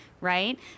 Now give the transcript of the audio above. right